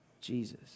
Jesus